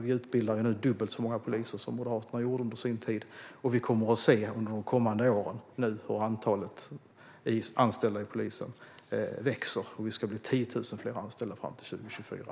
Vi utbildar nu dubbelt så många poliser som Moderaterna gjorde under sin tid, och under de kommande åren kommer vi att se att antalet anställda inom polisen växer. Det ska bli 10 000 fler anställda fram till 2024.